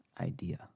idea